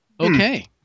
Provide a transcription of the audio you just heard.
Okay